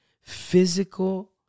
physical